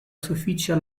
sufiĉa